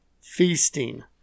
feasting